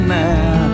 now